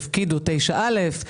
הפקידו 9א,